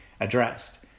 addressed